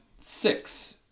six